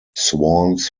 swans